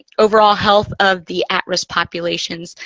overall health of the at-risk populations.